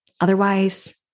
Otherwise